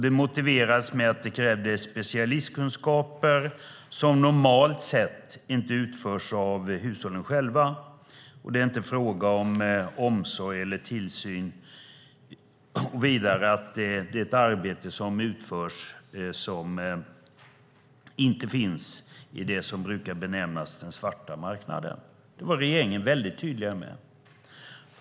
Det motiverades med att det krävdes specialistkunskaper som normalt sett inte utförs av hushållen själva och att det inte är fråga om omsorg eller tillsyn. Vidare anfördes att det är ett arbete som inte finns i det som brukar benämnas som den svarta marknaden. Det var regeringen väldigt tydlig med.